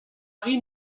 rin